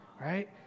right